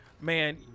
man